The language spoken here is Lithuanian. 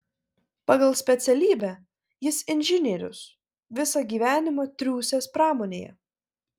pagal specialybę jis inžinierius visą gyvenimą triūsęs pramonėje